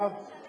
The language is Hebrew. הממשלה